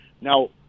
Now